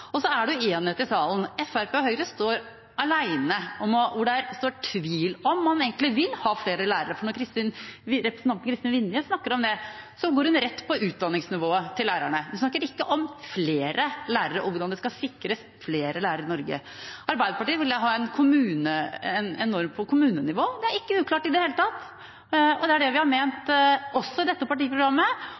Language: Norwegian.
Det er uenighet i salen. Fremskrittspartiet og Høyre står alene og sår tvil om hvorvidt man egentlig vil ha flere lærere. Når representanten Kristin Vinje snakker om det, går hun rett på utdanningsnivået til lærerne. Hun snakker ikke om flere lærere og hvordan vi skal sikres flere lærere i Norge. Arbeiderpartiet vil ha en norm på kommunenivå. Det er ikke uklart i det hele tatt. Det er det vi har ment også i dette partiprogrammet.